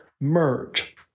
merge